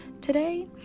Today